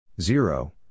Zero